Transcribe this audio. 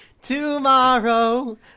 tomorrow